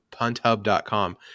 punthub.com